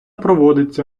проводиться